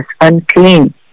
unclean